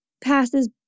passes